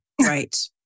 Right